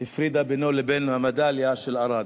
הפרידה בינו ובין מדליית הארד.